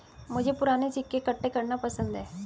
मुझे पूराने सिक्के इकट्ठे करना पसंद है